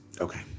Okay